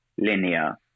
linear